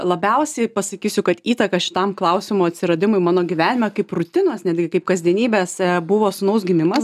labiausiai pasakysiu kad įtaką šitam klausimo atsiradimui mano gyvenime kaip rutinos netgi kaip kasdienybės buvo sūnaus gimimas